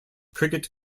cricket